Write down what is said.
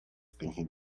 thinking